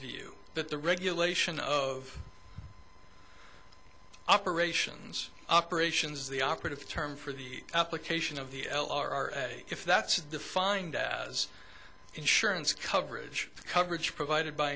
view that the regulation of operations operations is the operative term for the application of the l r if that's defined as insurance coverage coverage provided by